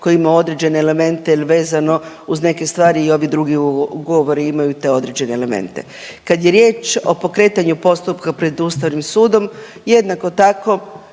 koji ima određene elemente ili vezano uz neke stvari i ovi drugi ugovori imaju te određene elemente. Kad je riječ o pokretanju postupka pred Ustavnim sudom, jednako tako